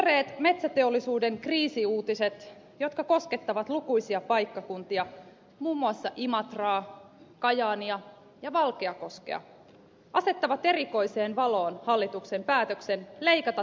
tuoreet metsäteollisuuden kriisiuutiset jotka koskettavat lukuisia paikkakuntia muun muassa imatraa kajaania ja valkeakoskea asettavat erikoiseen valoon hallituksen päätöksen leikata työvoimahallinnon määrärahoja